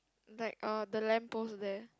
like uh the lamp post there